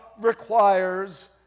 requires